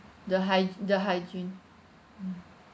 the hy~ the hygiene